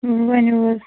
ؤنِو حظ